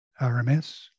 RMS